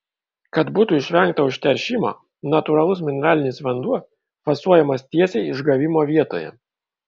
kad būtų išvengta užteršimo natūralus mineralinis vanduo fasuojamas tiesiai išgavimo vietoje